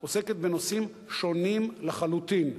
עוסקת בנושאים שונים לחלוטין.